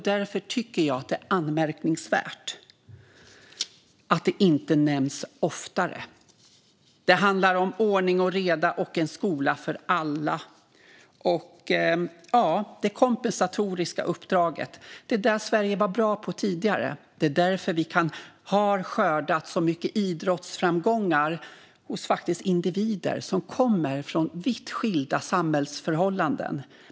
Därför tycker jag att det är anmärkningsvärt att detta inte nämns oftare. Det handlar om ordning och reda och en skola för alla. Det handlar om det kompensatoriska uppdraget - det som Sverige var bra på tidigare. Det är därför vi har skördat så mycket idrottsframgångar hos individer som kommer från vitt skilda samhällsförhållanden.